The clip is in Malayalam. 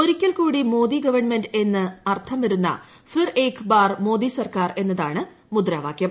ഒരിൽക്കൂടി മോദി ഗവൺമെന്റ് എന്ന് അർത്ഥം വരുന്ന ഫിർ ഏക് ബാർ മോദി സർക്കാർ എന്നതാണ് മുദ്രാവ്ലാകൃം